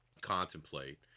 contemplate